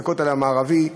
הכותל המערבי.